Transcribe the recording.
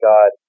God